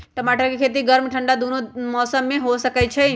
टमाटर के खेती गर्म ठंडा दूनो मौसम में हो सकै छइ